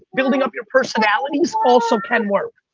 building up your personalities also can work.